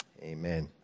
amen